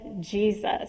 Jesus